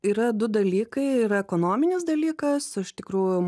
yra du dalykai yra ekonominis dalykas iš tikrųjų